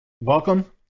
welcome